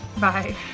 Bye